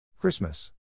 Christmas